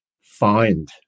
find